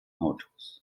autos